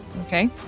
okay